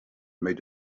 made